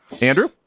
Andrew